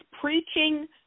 preaching